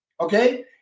okay